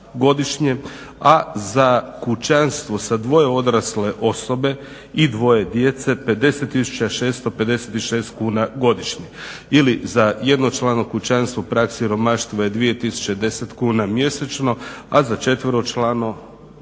a za kućanstvo sa dvoje odrasle osobe i dvoje djece 50.656 kuna godišnje. Ili za jednočlano kućanstvo prag siromaštva je 2010 kuna mjesečno, a za četveročlano